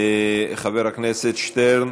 חבר הכנסת שטרן